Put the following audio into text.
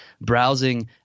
browsing